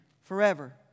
forever